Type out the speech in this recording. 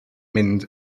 mynd